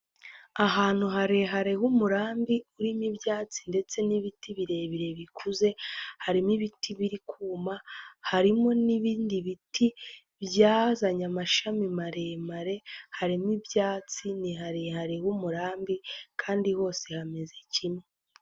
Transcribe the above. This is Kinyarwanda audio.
Ahantu harehare h'umurambi urimo ibyatsi ndetse n'ibiti birebire bikuze harimo ibiti biri kuma, harimo n'ibindi biti byazanye amashami maremare, harimo ibyatsi ni harehare h'umurambi kandi hose hameze kimwe.